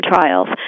trials